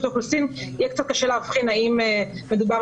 האוכלוסין יהיה קצת קשה להבחין האם מדובר